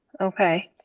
okay